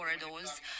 corridors